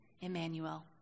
Emmanuel